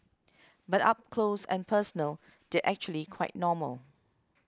but up close and personal they're actually quite normal